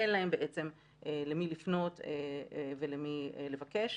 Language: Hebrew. אין להם בעצם למי לפנות וממי לבקש.